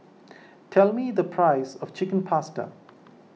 tell me the price of Chicken Pasta